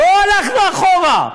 לא הלכנו אחורה.